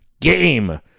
game